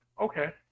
Okay